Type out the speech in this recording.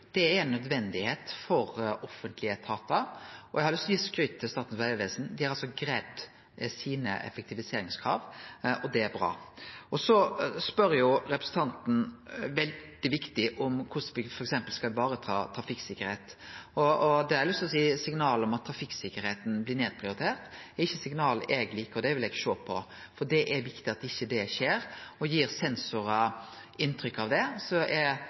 det er nødvendig for offentlege etatar. Eg har lyst til å gi skryt til Statens vegvesen for at dei har greidd effektiviseringskrava sine, og det er bra. Så spør representanten om noko veldig viktig, om korleis me f.eks. skal vareta trafikksikkerheita. Da har eg lyst til å seie at signal om at trafikksikkerheita blir nedprioritert, ikkje er signal eg liker, og det vil eg sjå på. Det er viktig at det ikkje skjer, og at ein ikkje gir sensorar inntrykk av det. Så